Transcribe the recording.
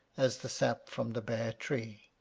as the sap from the bare tree.